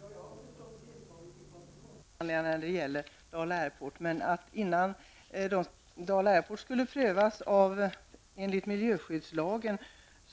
Herr talman! Jag har förstås deltagit i koncessionsförhandlingarna när det gäller Dala Airport. Men innan Dala Airport skulle prövas enligt miljöskyddslagen